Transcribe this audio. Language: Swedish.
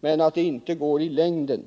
men att det inte går i längden.